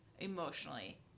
emotionally